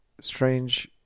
strange